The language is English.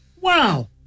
Wow